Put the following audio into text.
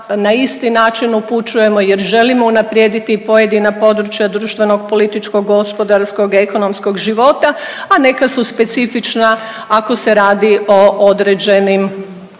na isti način upućujemo jer želimo unaprijediti pojedina područja društvenog, političkog, gospodarskog, ekonomskog života, a neka su specifična ako se radi o određenim zakonodavnim